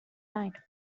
light